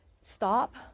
stop